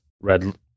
red